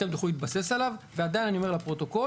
אתם תוכלו להתבסס עליו ועדיין אני אומר לפרוטוקול,